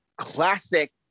classic